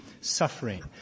suffering